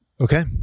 Okay